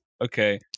Okay